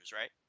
right